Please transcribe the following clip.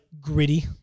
gritty